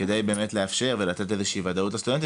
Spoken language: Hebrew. כדי באמת לאפשר ולתת איזושהי ודאות לסטודנטים